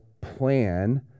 plan